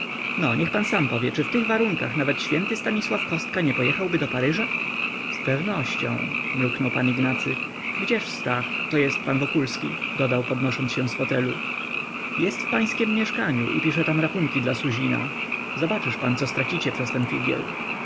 no niech pan sam powie czy w tych warunkach nawet święty stanisław kostka nie pojechałby do paryża z pewnością mruknął pan ignacy gdzież stach to jest pan wokulski dodał podnosząc się z fotelu jest w pańskiem mieszkaniu i pisze tam rachunki dla suzina zobaczysz pan co stracicie przez ten